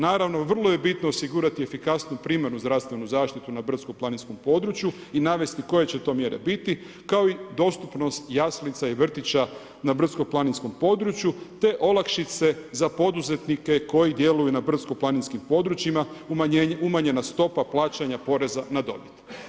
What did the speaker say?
Naravno vrlo je bitno osigurati efikasnu primarnu zdravstvenu zaštitu na brdsko-planinskom području i navesti koje će to mjere biti kao i dostupnost jaslica i vrtića na brdsko-planinskom području te olakšice za poduzetnike koji djeluju na brdsko-planinskim područjima, umanjena stopa plaćanja poreza na dobit.